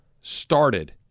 started